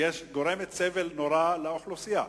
גורמת סבל נורא לאוכלוסייה.